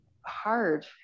hard